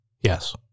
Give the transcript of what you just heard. yes